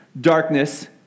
Darkness